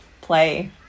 play